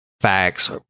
facts